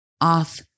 off